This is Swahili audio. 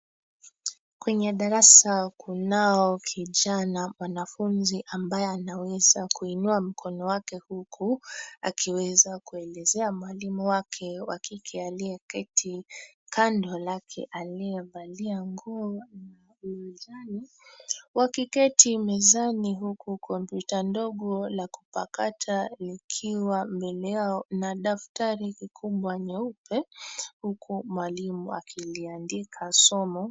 Kwenye darasa kunao kijana mwanafunzi ambaye anaweza kuinua mkono wake huku akiweza kuelezea mwalimu wake wa kike aliyeketi kando lake aliyevalia nguo la majani, wakiketi mezani huku kompyuta ndogo la kupakata likiwa mbele yao na daftari kikubwa nyeupe huku mwalimu akiliandika somo.